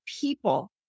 people